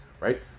Right